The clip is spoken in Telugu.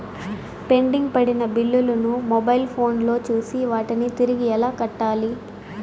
పెండింగ్ పడిన బిల్లులు ను మొబైల్ ఫోను లో చూసి వాటిని తిరిగి ఎలా కట్టాలి